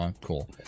Cool